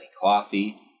coffee